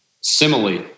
Simile